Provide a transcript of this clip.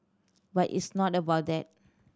but it's not about that